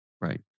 Right